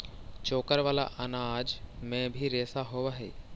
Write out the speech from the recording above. चोकर वाला अनाज में भी रेशा होवऽ हई